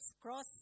cross